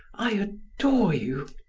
i adore you.